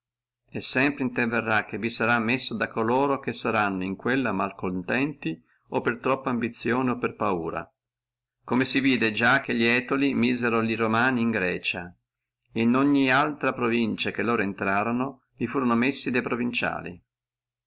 e sempre interverrà che vi sarà messo da coloro che saranno in quella malcontenti o per troppa ambizione o per paura come si vidde già che li etoli missono e romani in grecia et in ogni altra provincia che li entrorono vi furono messi da provinciali